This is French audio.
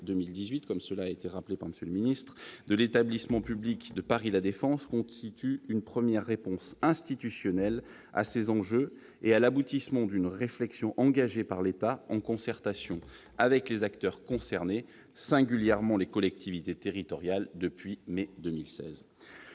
2017 portant création, à compter du 1 janvier 2018, de l'établissement public Paris La Défense constitue une première réponse institutionnelle à ces enjeux et l'aboutissement d'une réflexion engagée par l'État en concertation avec les acteurs concernés, singulièrement les collectivités territoriales, depuis mai 2016.